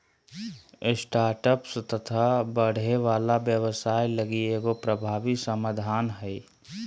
startups तथा बढ़े वाला व्यवसाय लगी एगो प्रभावी समाधान हइ